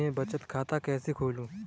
मैं बचत खाता कैसे खोलूं?